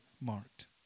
marked